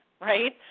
right